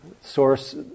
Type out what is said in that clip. source